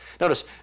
Notice